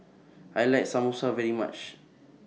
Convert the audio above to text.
I like Samosa very much